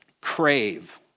crave